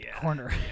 corner